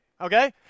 okay